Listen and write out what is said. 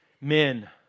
Men